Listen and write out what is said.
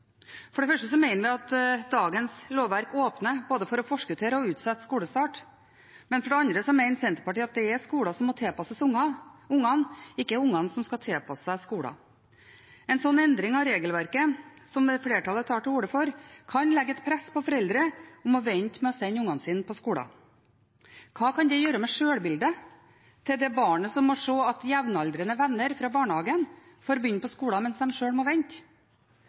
For det første mener vi at dagens lovverk åpner for både å forskuttere og utsette skolestart. For det andre mener Senterpartiet at det er skolen som må tilpasses ungene, ikke ungene som skal tilpasse seg skolen. En slik endring av regelverket som flertallet tar til orde for, kan legge et press på foreldre om å vente med å sende ungene sine på skolen. Hva kan det gjøre med sjølbildet til det barnet som må se at jevnaldrende venner fra barnehagen får begynne på skolen, mens en sjøl må vente?